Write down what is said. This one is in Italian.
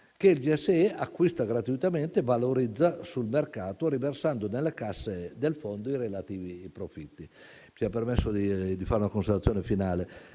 che il GSE acquista gratuitamente, valorizza sul mercato, riversando nelle casse del Fondo i relativi profitti. Signor Presidente, mi sia permesso di fare una considerazione finale